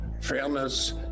fairness